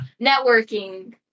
networking